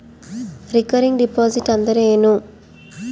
Recurring deposit ಅಂದರೇನು?